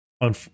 on